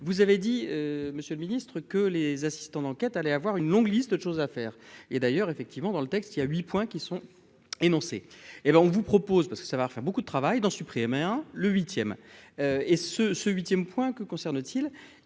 vous avez dit monsieur le Ministre, que les assistants d'enquête allait avoir une longue liste d'de choses à faire, et d'ailleurs, effectivement dans le texte il y a 8 points qui sont énoncés hé ben on vous propose parce que ça va faire beaucoup de travail dans supprimer, hein, le huitième et ce ce 8ème point que concerne-t-il,